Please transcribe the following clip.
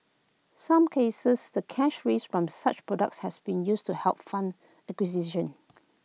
some cases the cash raised from such products has been used to help fund acquisition